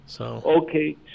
Okay